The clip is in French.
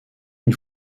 une